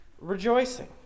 rejoicing